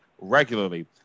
regularly